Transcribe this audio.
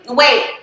wait